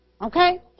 Okay